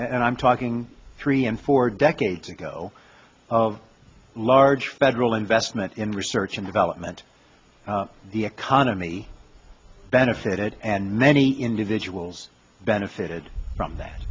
and i'm talking three and four decades ago a large federal investment in research and development the economy benefited and many individuals benefited from that